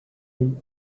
and